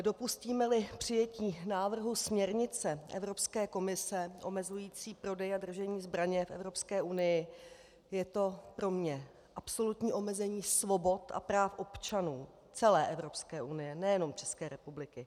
Dopustímeli přijetí návrhu směrnice Evropské komise omezující prodej a držení zbraně v Evropské unii, je to pro mě absolutní omezení svobod a práv občanů celé Evropské unie, nejenom České republiky.